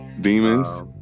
Demons